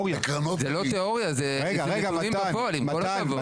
זו לא תיאוריה, זה נתונים בפועל עם כל הכבוד.